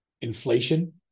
inflation